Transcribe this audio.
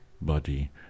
body